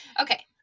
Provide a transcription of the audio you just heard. Okay